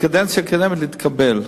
בקדנציה הקודמת, להתקבל.